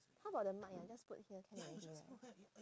how about the mic ah just put here can already right